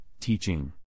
Teaching